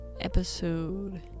episode